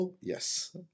yes